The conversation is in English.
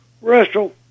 Russell